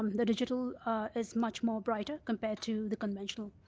um the digital is much more brighter compared to the conventional.